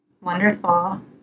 Wonderful